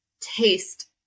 taste